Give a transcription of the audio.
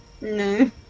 No